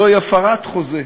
זוהי הפרת חוזה.